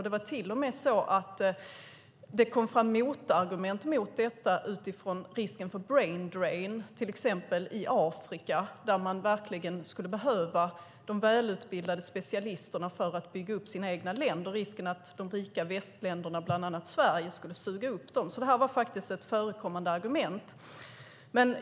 Det var till och med så att det kom fram motargument mot detta utifrån risken för brain drain till exempel i Afrika, det vill säga att bland annat Sverige och andra rika västländer skulle suga upp de välutbildade specialister som de verkligen själva skulle behöva för att bygga upp sina egna länder. Det var alltså ett argument som förekom.